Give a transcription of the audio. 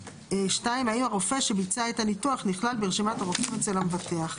(2) האם הרופא שביצע את הניתוח נכלל ברשימת הרופאים אצל המבטח.